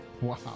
Wow